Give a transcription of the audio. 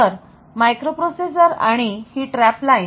तर मायक्रोप्रोसेसर आणि ही TRAP लाईन